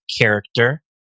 character